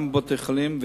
גם בבתי-חולים.